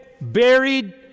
buried